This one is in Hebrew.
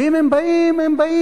ואם הם באים, הם באים